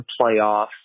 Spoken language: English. playoffs